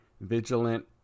vigilant